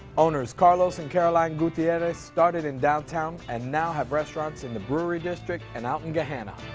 owners carlos and caroline gutierrez started in downtown and now have restaurants in the brewery district and out and gahanna.